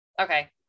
okay